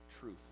truth